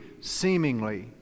seemingly